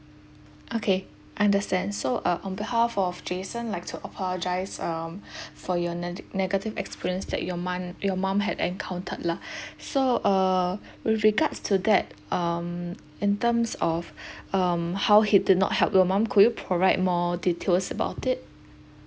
okay understand so uh on behalf of jason like to apologise um for your negat~ negative experience that your mon~ your mum had encountered lah so uh with regards to that um in terms of um how he did not help your mum could you provide more details about it